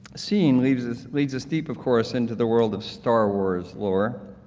scene leads us leads us deep, of course, into the world of star wars lore.